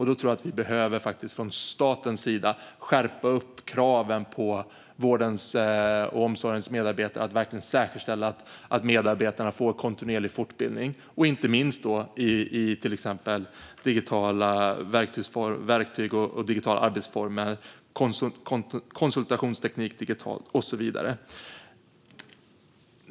Då tror jag att vi från statens sida behöver skärpa kraven på vården och omsorgen att verkligen säkerställa att medarbetarna får kontinuerlig fortbildning, inte minst i exempelvis digitala verktyg och digitala arbetsformer, digital konsultationsteknik och så vidare.